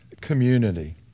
community